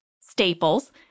Staples